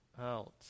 out